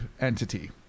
entity